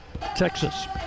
Texas